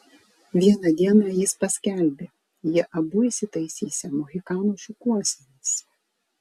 vieną dieną jis paskelbė jie abu įsitaisysią mohikano šukuosenas